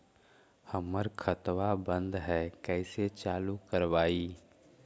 हमर खतवा बंद है कैसे चालु करवाई?